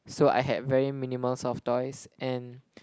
so I have very minimal soft toys and